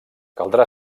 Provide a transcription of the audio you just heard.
caldrà